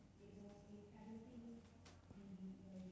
or both I circle both lah circle whole thing